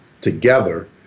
together